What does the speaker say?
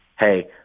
hey